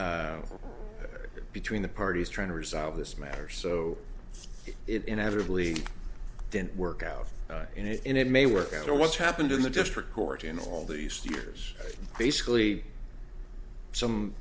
between the parties trying to resolve this matter so it inevitably didn't work out in it may work out or what's happened in the district court in all these years basically some